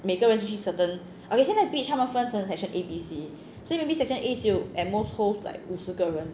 每个人进去 certain ok 现在 beach 他们分成 section A B C so sector A 只有 at most holds like 五十个人